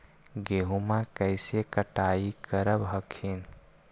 गेहुमा कैसे कटाई करब हखिन?